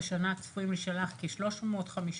השנה צפויים להישלח כ-350,000,